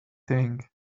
thing